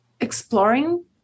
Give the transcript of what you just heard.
exploring